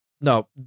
no